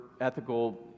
ethical